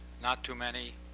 not too many.